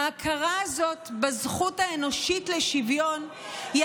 ההכרה הזאת בזכות האנושית לשוויון היא